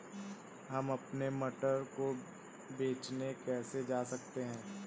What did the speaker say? हम अपने मटर को बेचने कैसे जा सकते हैं?